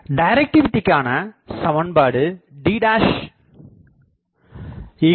டைரக்டிவிடிகாண சமன்பாடு D 10